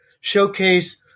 showcase